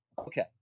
Okay